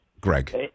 Greg